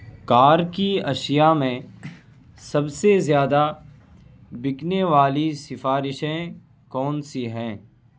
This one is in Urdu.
کار کی اشیا میں سب سے زیادہ بکنے والی سفارشیں کون سی ہیں